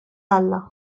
alla